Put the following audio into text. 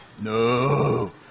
No